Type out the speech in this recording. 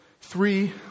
Three